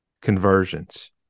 conversions